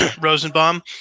Rosenbaum